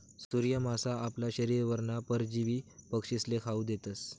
सूर्य मासा आपला शरीरवरना परजीवी पक्षीस्ले खावू देतस